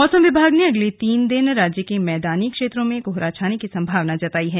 मौसम विभाग ने अगले तीन दिन राज्य के मैदानी क्षेत्रों में कोहरा छाने की संभावना जतायी है